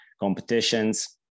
competitions